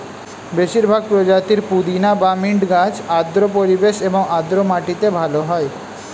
বেশিরভাগ প্রজাতির পুদিনা বা মিন্ট গাছ আর্দ্র পরিবেশ এবং আর্দ্র মাটিতে ভালো হয়